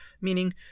meaning